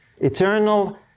eternal